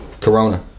Corona